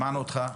חזי, שמענו אותך.